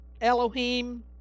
Elohim